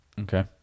Okay